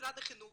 משרד החינוך